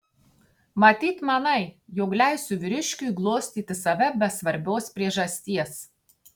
matyt manai jog leisiu vyriškiui glostyti save be svarbios priežasties